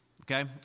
Okay